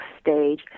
stage